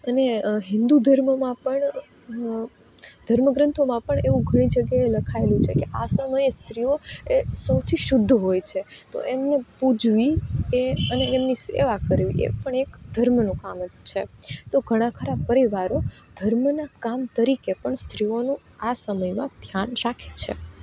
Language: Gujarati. અને હિંદુ ધર્મમાં પણ ધર્મગ્રંથોમાં પણ એવું જ ઘણી જગ્યા લખાયેલું છે આ સમયે સ્ત્રીઓ એ સૌથી શુદ્ધ હોય છે તો એમને પૂજવી એ અને એમની સેવા કરવી એ બી એક ધર્મનું કામ છે તો ઘણાં ખરાં પરિવારો ધર્મના કામ તરીકે પણ સ્ત્રીઓને આ સમયે ધ્યાન રાખે છે